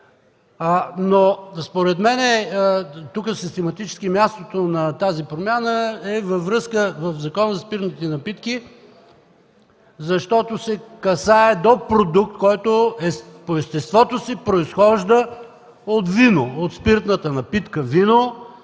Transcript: Според мен систематически мястото на тази промяна е в Закона за виното и спиртните напитки, защото се касае до продукт, който по естеството си произхожда от спиртната напитка вино